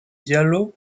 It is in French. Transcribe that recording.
diallo